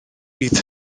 bydd